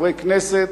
כחברי כנסת,